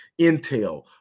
intel